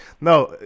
no